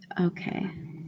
Okay